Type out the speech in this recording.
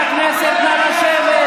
בושה.